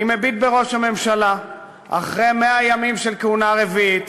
אני מביט בראש הממשלה אחרי 100 ימים של כהונה רביעית,